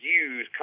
use